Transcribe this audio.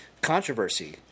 controversy